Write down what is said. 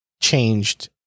changed